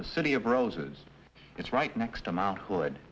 the city of roses it's right next to mt hood